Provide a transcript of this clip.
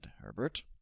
Herbert